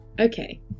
Okay